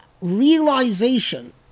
realization